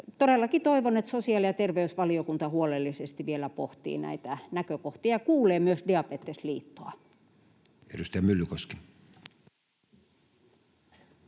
Todellakin toivon, että sosiaali- ja terveysvaliokunta huolellisesti vielä pohtii näitä näkökohtia ja kuulee myös Diabetesliittoa.